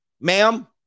Ma'am